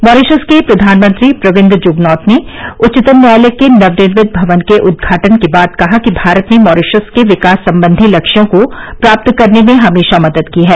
Mauritius के प्रधानमंत्री प्रविन्द जुगनॉथ ने उच्चतम न्यायालय के नवनिर्मित भवन के उद्घाटन के बाद कहा कि भारत ने मॉरीशस के विकास संबंधी लक्ष्यों को प्राप्त करने में हमेशा मदद की है